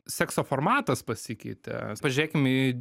sekso formatas pasikeitė s pažiūrėkim į